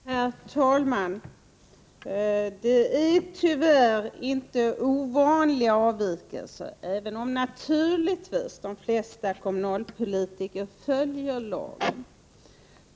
Herr talman! Detta är tyvärr inte ovanliga avvikelser även om de flesta kommunalpolitiker naturligtvis följer lagen.